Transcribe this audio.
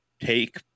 take